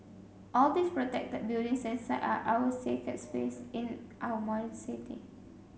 all these protected buildings and sites are our sacred space in our modern city